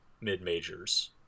mid-majors